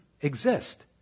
exist